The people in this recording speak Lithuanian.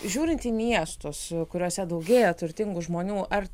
žiūrint į miestus kuriuose daugėja turtingų žmonių ar